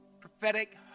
Prophetic